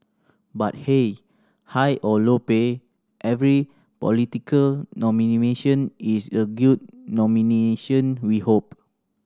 but hey high or low pay every political is a good nomination we hope